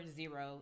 zero